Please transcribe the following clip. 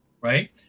right